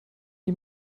die